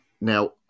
Now